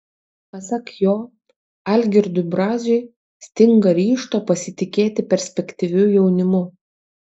pasak jo algirdui braziui stinga ryžto pasitikėti perspektyviu jaunimu